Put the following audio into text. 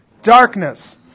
darkness